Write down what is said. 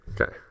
Okay